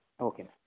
Okay